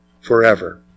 forever